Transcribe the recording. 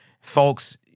Folks